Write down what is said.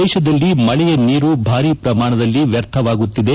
ದೇಶದಲ್ಲಿ ಮಳೆಯ ನೀರು ಭಾರಿ ಪ್ರಮಾಣ ವ್ಯರ್ಥವಾಗುತ್ತಿದೆ